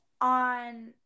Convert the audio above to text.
on